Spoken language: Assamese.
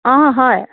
অঁ হয়